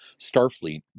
Starfleet